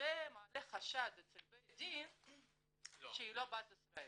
זה מעלה חשד לבית הדין שהיא לא בת ישראל.